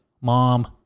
Mom